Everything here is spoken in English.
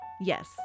Yes